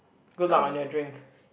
good luck on your drink